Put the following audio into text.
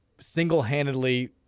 single-handedly